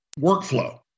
workflow